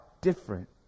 different